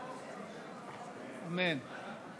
אמן.